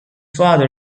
father